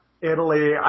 Italy